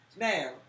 Now